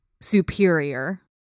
superior